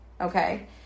Okay